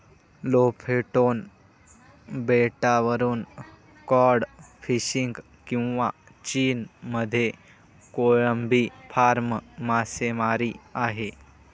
Lofoten बेटावरून cod fishing किंवा चीनमध्ये कोळंबी फार्म मासेमारी आहे